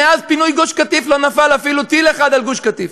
מאז פינוי גוש-קטיף לא נפל אפילו טיל אחד על גוש-קטיף,